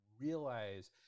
realize